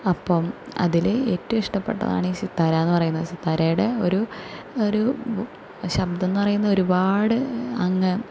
അപ്പം അതിൽ ഏറ്റോം ഇഷ്ടപെട്ടതാണീ സിത്താരാന്ന് പറയുന്ന സിത്താരേടെ ഒരു ഒരു ശബ്ദംന്ന് പറയുന്നത് ഒരുപാട് അങ്ങ്